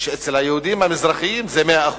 אצל היהודים המזרחים זה 100%,